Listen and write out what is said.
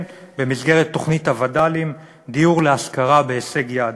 במסגרת תוכנית הווד"לים דיור להשכרה בהישג יד.